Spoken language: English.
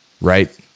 right